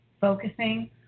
Focusing